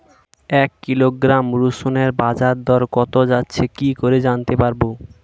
এক কিলোগ্রাম রসুনের বাজার দর কত যাচ্ছে কি করে জানতে পারবো?